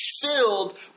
filled